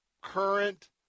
current